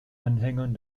anhängern